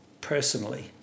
personally